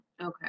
Okay